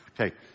Okay